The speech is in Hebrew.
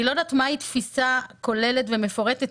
אני לא יודעת מהי תפיסה כוללת ומפורטת,